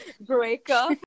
breakup